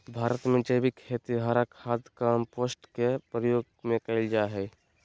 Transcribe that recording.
भारत में जैविक खेती हरा खाद, कंपोस्ट के प्रयोग से कैल जा हई